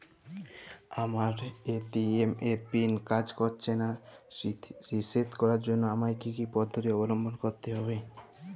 আমার এ.টি.এম এর পিন কাজ করছে না রিসেট করার জন্য আমায় কী কী পদ্ধতি অবলম্বন করতে হবে?